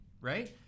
Right